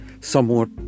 somewhat